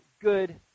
good